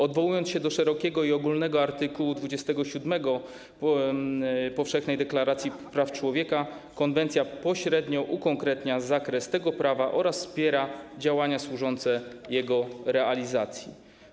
Odwołując się do szerokiego i ogólnego art. 27 Powszechnej Deklaracji Praw Człowieka, konwencja pośrednio ukonkretnia zakres tego prawa oraz wspiera działania służące jego realizacji.